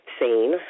seen